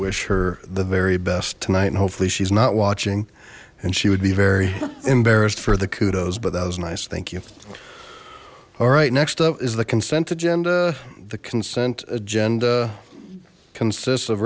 wish her the very best tonight and hopefully she's not watching and she would be very embarrassed for the kudos but that was nice thank you alright next up is the consent agenda the consent agenda consists of